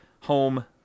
home